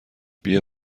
بیا